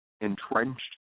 entrenched